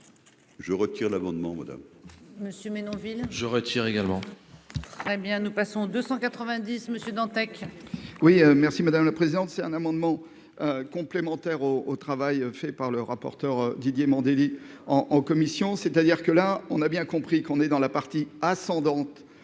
Je retire l'amendement, madame